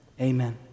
Amen